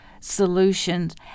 solutions